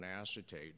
acetate